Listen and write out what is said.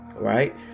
right